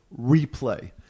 replay